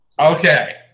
Okay